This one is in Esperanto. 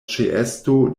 ĉeesto